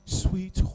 sweet